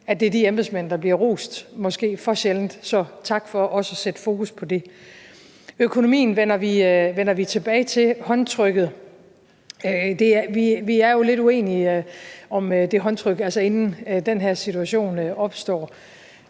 at det er de embedsmænd, der bliver rost – måske for sjældent – så tak for også at sætte fokus på det. Økonomien vender vi tilbage til. Med hensyn til håndtrykket har vi jo været lidt uenige, altså inden den her situation er opstået.